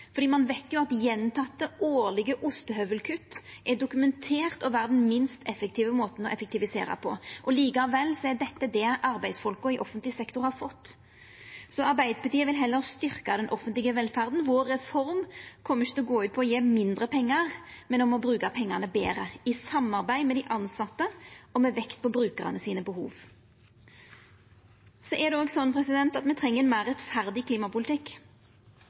Ein veit at gjentekne årlege ostehøvelkutt er dokumenterte å vera den minst effektive måten å effektivisera på. Likevel er dette det arbeidsfolka i offentleg sektor har fått. Arbeidarpartiet vil heller styrkja den offentlege velferda. Reforma vår kjem ikkje til å gå ut på å gje mindre pengar, men på å bruka pengane betre – i samarbeid med dei tilsette og med vekt på behova til brukarane. Det er òg sånn at me treng ein meir rettferdig klimapolitikk.